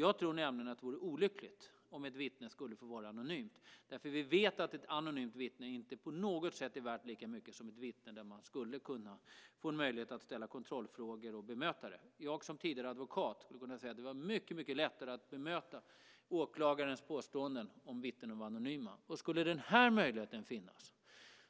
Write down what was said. Jag tror nämligen att det vore olyckligt om ett vittne skulle få vara anonymt. Vi vet att ett anonymt vittne inte på något sätt är värt lika mycket som ett vittne man har möjlighet att ställa kontrollfrågor till och bemöta. Som tidigare advokat kan jag säga att det skulle vara mycket lättare att bemöta åklagarens påståenden om vittnena var anonyma. Skulle denna möjlighet att vittna anonymt